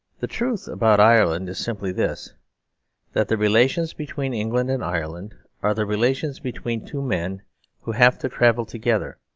the truth about ireland is simply this that the relations between england and ireland are the relations between two men who have to travel together,